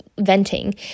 venting